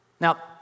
Now